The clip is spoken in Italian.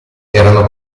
erano